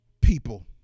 people